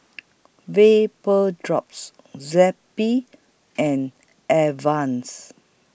Vapodrops Zappy and Advance